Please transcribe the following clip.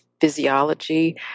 physiology